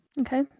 Okay